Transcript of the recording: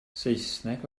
saesneg